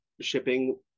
shipping